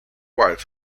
whites